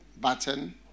button